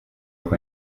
auch